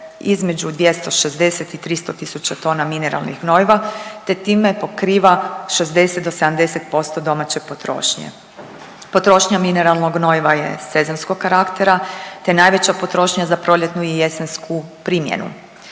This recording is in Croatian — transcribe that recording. između 260 i 300 tisuća tona mineralnih gnojiva te time pokriva 60 do 70% domaće potrošnje. Potrošnja mineralnog gnojiva je sezonskog karaktera te najveća potrošnja za proljetnu i jesensku primjenu.